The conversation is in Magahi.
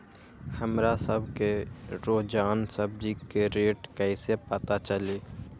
हमरा सब के रोजान सब्जी के रेट कईसे पता चली?